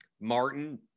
Martin